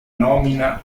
nomina